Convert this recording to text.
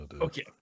Okay